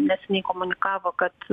neseniai komunikavo kad